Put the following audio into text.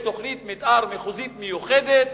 יש תוכנית מיתאר מחוזית מיוחדת